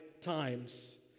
times